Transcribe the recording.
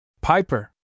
Piper